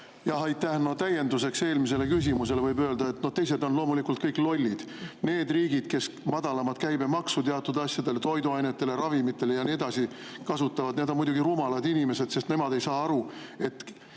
Aitäh! Täienduseks eelmisele küsimusele võib öelda, et teised on loomulikult kõik lollid. Need riigid, kes kasutavad madalamat käibemaksu teatud asjadele, toiduainetele, ravimitele ja nii edasi, on muidugi rumalad, sest nemad ei saa aru, et